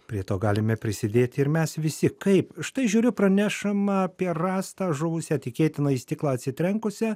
prie to galime prisidėti ir mes visi kaip štai žiūriu pranešama apie rastą žuvusią tikėtina į stiklą atsitrenkusią